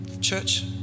church